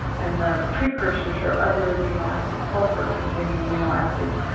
and the precursors are other amino acids, sulfur-containing amino acids,